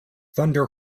thunder